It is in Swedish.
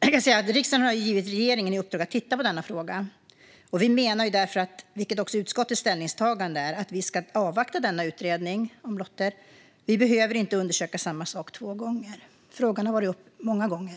Herr talman! Riksdagen har givit regeringen i uppdrag att titta på denna fråga. Vi menar därför, vilket också är utskottets ställningstagande, att vi ska avvakta denna utredning om lotter. Vi behöver inte undersöka samma sak två gånger. Frågan har varit uppe många gånger.